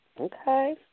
Okay